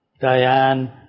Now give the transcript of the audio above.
Diane